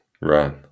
Right